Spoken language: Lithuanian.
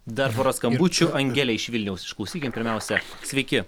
dar pora skambučių angelė iš vilniaus išklausykim pirmiausia sveiki